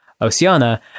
Oceana